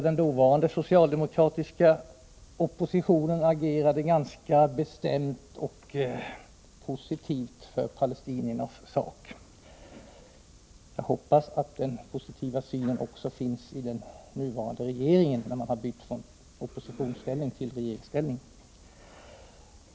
Den dåvarande socialdemokratiska oppositionen agerade då ganska bestämt och positivt för palestiniernas sak. Jag hoppas att denna positiva syn också finns i den nuvarande regeringen, när man har bytt från oppositionsställning till regeringsställning.